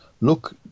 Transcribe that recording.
look